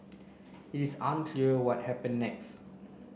it is unclear what happen next